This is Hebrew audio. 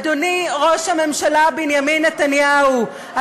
אדוני ראש הממשלה בנימין נתניהו,